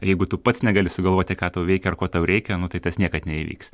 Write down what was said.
jeigu tu pats negali sugalvoti ką tau veikia ar ko tau reikia tai tas niekad neįvyks